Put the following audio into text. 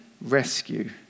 rescue